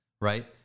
right